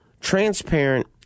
transparent